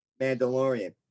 Mandalorian